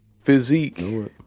Physique